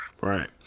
Right